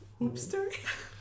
hoopster